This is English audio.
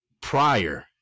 prior